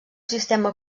sistema